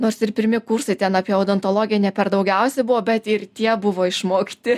nors ir pirmi kursai ten apie odontologiją neperdaugiausiai buvo bet ir tie buvo išmokti